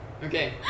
Okay